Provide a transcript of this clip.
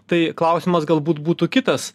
tai klausimas galbūt būtų kitas